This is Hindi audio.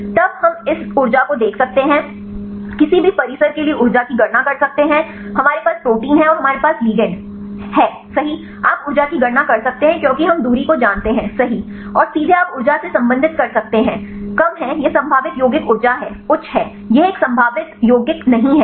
तब हम इस ऊर्जा को देख सकते हैं और किसी भी परिसर के लिए ऊर्जा की गणना कर सकते हैं हमारे पास प्रोटीन है और हमारे पास लिगैंड सही है आप ऊर्जा की गणना कर सकते हैं क्योंकि हम दूरी को जानते हैं सही और सीधे आप ऊर्जा से संबंधित कर सकते हैं कम है यह संभावित यौगिक ऊर्जा है उच्च है यह एक संभावित यौगिक नहीं है